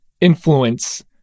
influence